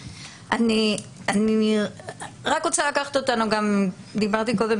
אני רק רוצה לקחת אותנו וגם דיברתי קודם,